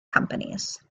companies